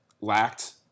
lacked